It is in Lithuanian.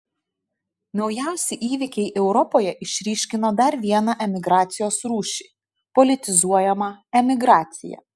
naujausi įvykiai europoje išryškino dar vieną emigracijos rūšį politizuojamą emigraciją